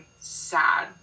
sad